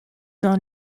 dans